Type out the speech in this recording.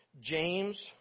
James